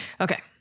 Okay